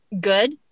good